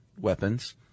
weapons